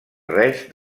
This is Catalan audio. res